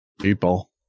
people